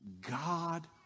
God